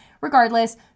Regardless